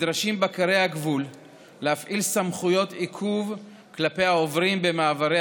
נדרשים בקרי הגבול להפעיל סמכויות עיכוב כלפי העוברים במעברי